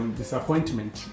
disappointment